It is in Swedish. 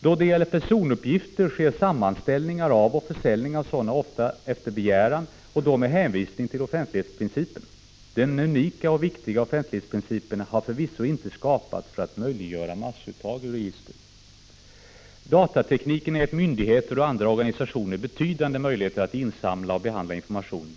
Då det gäller personuppgifter sker sammanställningar och försäljning av sådana ofta efter begäran och då med hänvisning till offentlighetsprincipen. Den unika och viktiga offentlighetsprincipen har förvisso inte skapats för att möjliggöra massuttag ur register. Datatekniken har gett myndigheter och andra organisationer betydande möjlighet att samla in och behandla information.